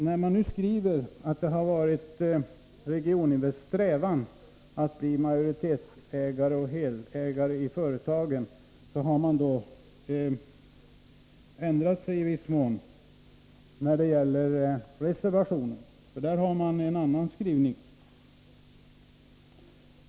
I motionerna heter det att det varit Regioninvests strävan att bli majoritetsägare och helägare till företagen. I reservationen har det i viss mån skett en ändring, och där finns en annan skrivning.